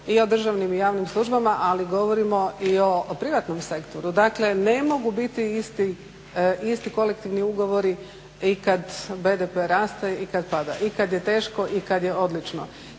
i o državnim i javnim službama, ali govorimo i o privatnom sektoru. Dakle, ne mogu biti isti kolektivni ugovori i kad BDP raste i kad pada i kad je teško i kad je odlično.